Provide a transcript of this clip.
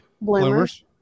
Bloomers